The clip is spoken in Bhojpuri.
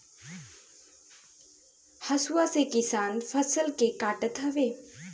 हसुआ से किसान फसल के काटत हवे